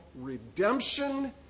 redemption